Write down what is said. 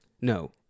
No